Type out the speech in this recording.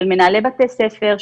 של מנהלי בתי ספר,